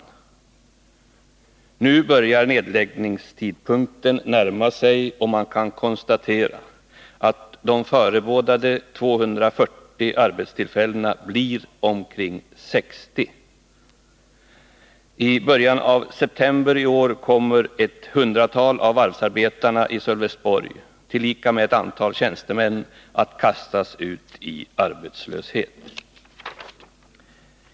Nu börjar nedläggningstidpunkten närma sig, och man kan konstatera att de förebådade 240 arbetstillfällena blir omkring 60. I början av september i år kommer ett hundratal av varvsarbetarna i Sölvesborg tillika med ett antal tjänstemän att kastas ut i arbetslöshet.